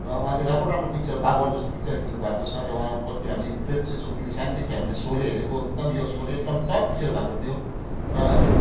र उहाँले राम्रो राम्रो पिक्चर बागवान जस्तो पिक्चर खेल्नुभएको छ र उहाँप्रति हाम्रो छौँ किन सानैदेखि हामीले शोले हेरेको एकदम यो शोले एकदम टप पिक्चर भएको थियो र अहिले